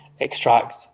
extract